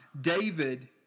David